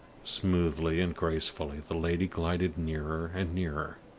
smoothly and gracefully the lady glided nearer and nearer,